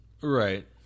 Right